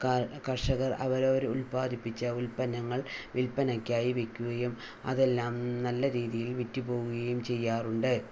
കർഷകർ അവരവർ ഉല്പാദിപ്പിച്ച ഉൽപ്പന്നങ്ങൾ വിൽപ്പനക്കായി വയ്ക്കുകയും അതെല്ലാം നല്ല രീതിയിൽ വിറ്റു പോകുകയും ചെയ്യാറുണ്ട്